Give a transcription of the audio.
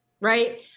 right